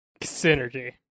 Synergy